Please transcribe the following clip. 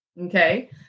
Okay